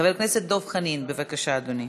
חבר הכנסת דב חנין, בבקשה, אדוני.